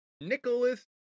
Nicholas